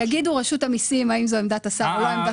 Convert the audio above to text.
תגיד רשות המיסים האם זו עמדת השר או לא.